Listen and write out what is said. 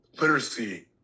literacy